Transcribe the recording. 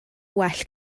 well